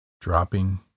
Dropping